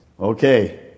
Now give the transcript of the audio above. okay